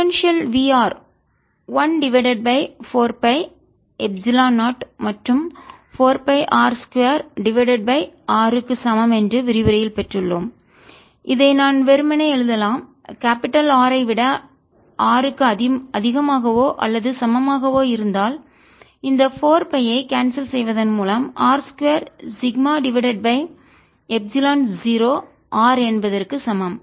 potential Vr 1 divided by 4 pi epsilon 0 மற்றும் 4 pi R 2 divided by r க்கு சமம் என்று விரிவுரையில் பெற்றுள்ளோம் இதை நான் வெறுமனே எழுதலாம் கேபிடல் பெரிய R ஐ விட r க்கு அதிகமாகவோ அல்லது சமமாகவோ இருந்தால் இந்த 4 pi ஐ கான்செல் செய்வதன் மூலம் R 2 sigma divided by epsilon 0 r என்பதற்கு சமம்